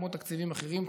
כמו תקציבים אחרים,